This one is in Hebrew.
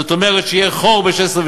זאת אומרת, שיהיה חור ב-16'